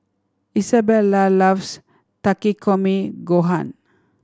Isabela loves Takikomi Gohan